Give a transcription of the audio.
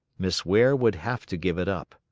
miss ware would have to give it up.